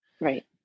Right